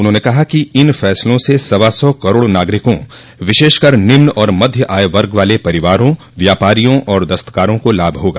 उन्होंने कहा कि इन फैसलों से सवा सौ करोड़ नागरिकों विशेषकर निम्न और मध्य आय वर्ग वाले परिवारों व्यापारियों और दस्तकारों को लाभ होगा